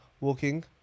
Walking